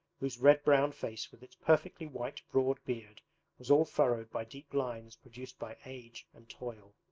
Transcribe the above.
whose red-brown face with its perfectly white broad beard was all furrowed by deep lines produced by age and toil.